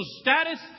status